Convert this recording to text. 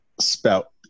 spout